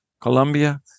Colombia